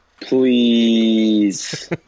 please